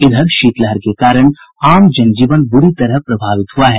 इधर शीतलहर के कारण आम जनजीवन बुरी तरह प्रभावित हुआ है